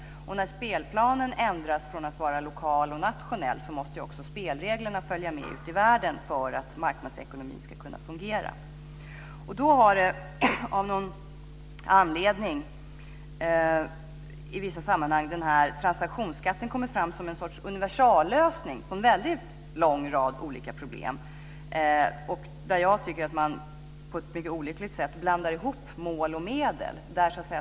När spelplanen ändras från att vara lokal och nationell måste också spelreglerna följa med ute i världen för att marknadsekonomin ska kunna fungera. Av någon anledning har i vissa sammanhang den här transaktionsskatten kommit fram som en sorts universallösning på en lång rad olika problem. Jag tycker att man där på ett mycket olyckligt sätt blandar ihop mål och medel.